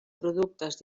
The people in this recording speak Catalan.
productes